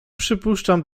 przypuszczam